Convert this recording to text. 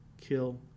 kill